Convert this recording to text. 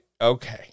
Okay